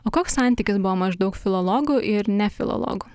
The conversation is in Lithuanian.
o koks santykis buvo maždaug filologų ir ne filologų